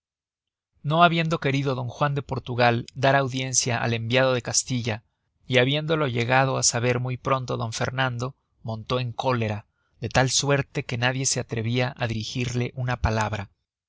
no habiendo querido don juan de portugal dar audiencia al enviado de castilla y habiéndolo llegado á saber muy pronto d fernando montó en cólera de tal suerte que nadie se atrevia á dirigirle una palabra